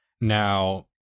Now